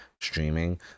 streaming